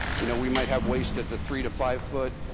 you know, we might have waste at the three to five foot,